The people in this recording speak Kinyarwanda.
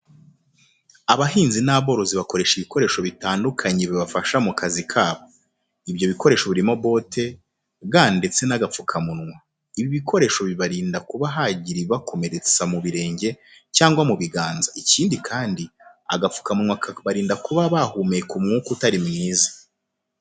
Abahinzi n'aborozi bakorewe ibikoresho bitandukanye bibafasha mu kazi kabo. Ibyo bikoresho birimo bote, ga ndetse n'agapfukamunwa. Ibi bikoresho bibarinda kuba hagira ikibakomeretse mu birenge cyangwa mu biganza. Ikindi kandi, agapfukamunwa kabarinda kuba bahumeka umwuka utari mwiza.